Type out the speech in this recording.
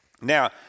Now